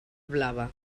blava